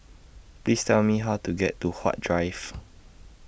Please Tell Me How to get to Huat Drive